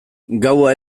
gaua